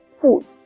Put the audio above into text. food